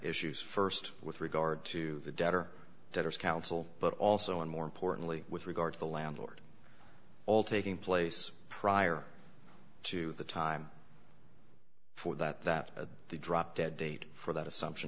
issues st with regard to the debtor debtors council but also and more importantly with regard to the landlord all taking place prior to the time for that that the drop dead date for that assumption